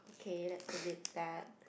okay that's a bit sad